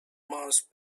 mass